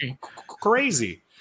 Crazy